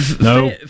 No